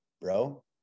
bro